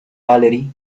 valerie